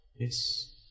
Yes